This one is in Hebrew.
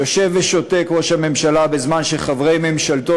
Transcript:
יושב ושותק ראש הממשלה בזמן שחברי ממשלתו